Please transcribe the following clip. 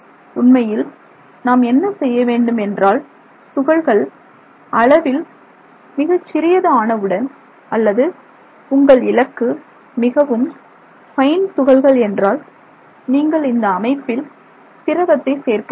உண்மையில் நாம் என்ன செய்ய வேண்டும் என்றால் துகள்கள் அளவில் மிகச் சிறியது ஆனவுடன் அல்லது உங்கள் இலக்கு மிகவும் பைன் துகள்கள் என்றால் நீங்கள் இந்த அமைப்பில் திரவத்தை சேர்க்க வேண்டும்